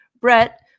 Brett